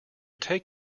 take